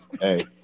hey